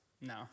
No